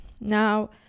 Now